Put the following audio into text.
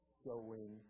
showing